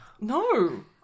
No